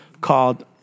called